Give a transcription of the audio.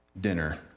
dinner